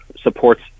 supports